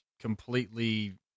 completely